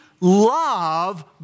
love